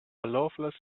loveless